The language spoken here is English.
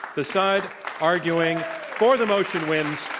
the side arguing for the motion wins.